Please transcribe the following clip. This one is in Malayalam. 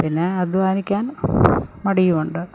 പിന്നെ അധ്വാനിക്കാൻ മടിയുമുണ്ട്